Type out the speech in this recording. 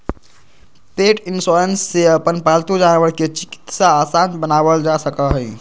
पेट insurance से अपन पालतू जानवर के चिकित्सा आसान बनावल जा सका हई